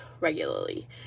regularly